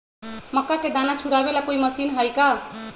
मक्का के दाना छुराबे ला कोई मशीन हई का?